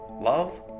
love